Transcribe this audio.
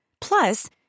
Plus